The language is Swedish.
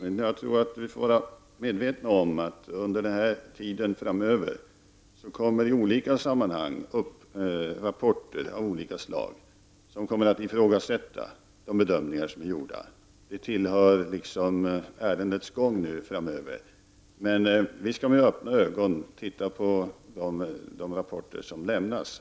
Men jag tror att vi får vara medvetna om att det i olika sammanhang under tiden framöver kommer rapporter av olika slag i vilka de bedömningar som är gjorda kommer att ifrågasättas. Det tillhör liksom ärendets gång framöver. Men vi skall med öppna ögon titta på de rapporter som lämnas.